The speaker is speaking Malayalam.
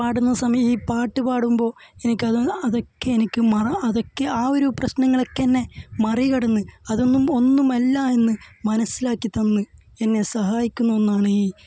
പാടുന്ന സമയം ഈ പാട്ട് പാടുമ്പോൾ എനിക്കത് അതൊക്കെ എനിക്ക് മറ അതൊക്കെ ആ ഒരു പ്രശ്നങ്ങളൊക്കെ എന്നെ മറികടന്ന് അതൊന്നും ഒന്നുമല്ല എന്ന് മനസ്സിലാക്കി തന്ന് എന്നെ സഹായിക്കുന്ന ഒന്നാണ് ഈ